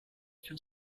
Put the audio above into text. für